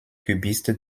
cubiste